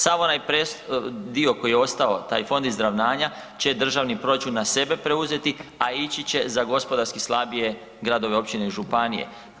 Sav onaj dio koji je ostao taj fond izravnanja će državni proračun na sebe preuzeti, a ići će za gospodarski slabije gradove, općine i županije.